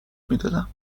میدادم